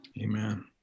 amen